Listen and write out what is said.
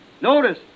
Notice